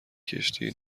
کشتی